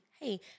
hey